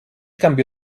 canvi